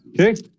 Okay